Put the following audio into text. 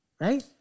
Right